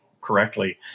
correctly